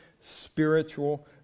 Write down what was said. spiritual